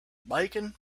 bacon